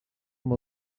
amb